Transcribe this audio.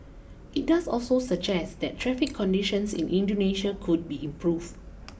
it does also suggest that traffic conditions in Indonesia could be improved